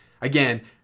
Again